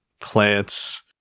plants